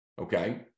Okay